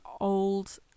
old